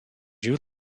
you